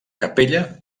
capella